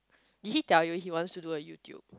did he tell you he wants to do a YouTube